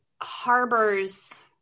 harbors